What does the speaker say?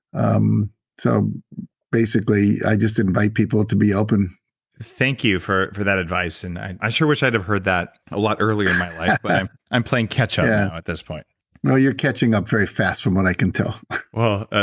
um so basically i just invite people to be open thank you for for that advice and i i sure wish i'd have heard that a lot earlier in my life, but i'm i'm playing catch-up at this point well, you're catching up very fast from what i can tell well,